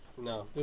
No